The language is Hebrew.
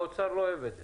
האוצר לא אוהב את זה.